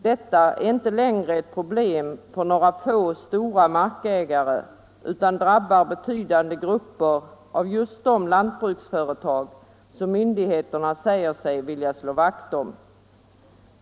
Detta är inte längre ett problem för några få stora markägare, utan drabbar betydande grupper av just de lantbruksföretag som myndigheterna säger sig vilja slå vakt om.